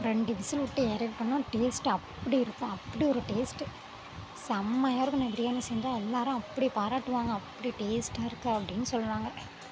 ரெண்டு விசில் விட்டு இறக்கணும் டேஸ்ட் அப்படி இருக்கும் அப்படி ஒரு டேஸ்ட் செம்மயா இருக்கும் நான் பிரியாணி செஞ்சால் எல்லாரும் அப்படி பாராட்டுவாங்க அப்படி டேஸ்ட்டாயிருக்கு அப்படினு சொல்லுவாங்க ம்